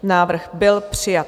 Návrh byl přijat.